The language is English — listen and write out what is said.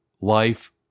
life